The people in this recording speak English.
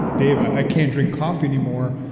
dave, i can't drink coffee anymore.